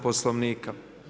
Poslovnika.